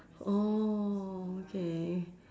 oh okay